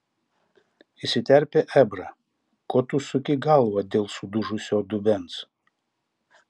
įsiterpė ebrą ko tu suki galvą dėl sudužusio dubens